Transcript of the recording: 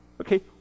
Okay